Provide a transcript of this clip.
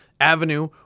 avenue